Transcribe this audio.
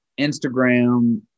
Instagram